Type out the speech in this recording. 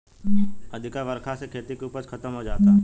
अधिका बरखा से खेती के उपज खतम हो जाता